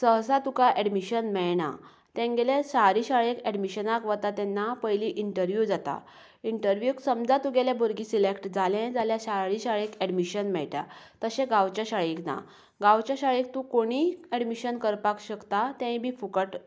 सहसा तुका एडमिशन मेळना तेंगेंलें शारी शाळेंत एडमिशनाक वता तेन्ना पयलीं इंटरव्हिव्यू जाता इंटरव्हिव्यूक समजा तुमगेलें भुरगें सिलेक्ट जालें जाल्यार शारी शाळेंत एडमिशन मेळटा तशें गांवचे शाळेंत ना गांवचे शाळेंत तूं कोणी एडमिशन करपाक शकता तेंय बी फुकट